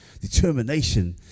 determination